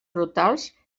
brutals